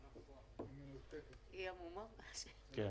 יש כמה אופציות להפעלה מהשעה 08:00